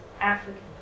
African